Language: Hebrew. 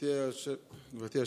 גברתי היושבת בראש,